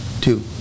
Two